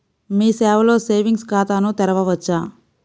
మీ సేవలో సేవింగ్స్ ఖాతాను తెరవవచ్చా?